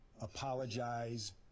apologize